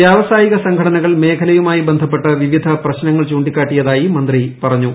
വ്യാവസായിക സംഘടനകൾ മേഖലയുമായി ബന്ധപ്പെട്ട് വിവിധ പ്രശ്നങ്ങൾ ചൂണ്ടിക്കാട്ടിയതായി മന്ത്രി പറഞ്ഞു